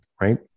right